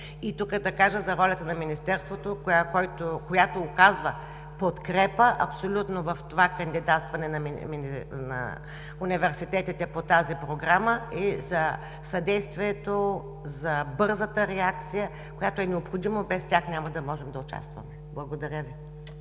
Тук ще кажа за волята на Министерството, която оказва подкрепа абсолютно в това кандидатстване на университетите по тази Програма, и за съдействието, за бързата реакция, която е необходима. Без тях няма да можем да участваме. Благодаря Ви.